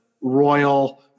Royal